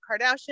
kardashian